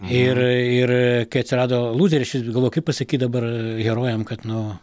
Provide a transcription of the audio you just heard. ir ir kai atsirado lūzeriai aš vis galvojau kaip pasakyt dabar herojam kad nu